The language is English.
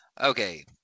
Okay